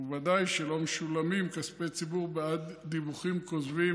ובוודאי שלא משולמים כספי ציבור בעד דיווחים כוזבים,